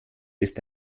ist